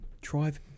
drive